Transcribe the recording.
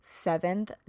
Seventh